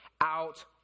out